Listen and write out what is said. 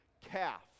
calf